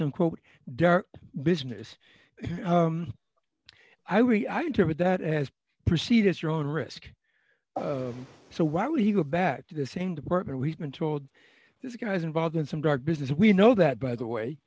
some quote dark business i worry i interpret that as proceed as your own risk so why would he go back to the same department we've been told this guy's involved in some drug business we know that by the